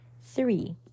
Three